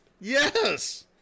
yes